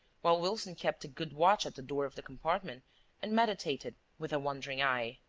while wilson kept a good watch at the door of the compartment and meditated with a wandering eye.